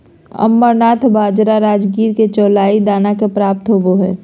amaranth बाजरा राजगिरा के चौलाई दाना से प्राप्त होबा हइ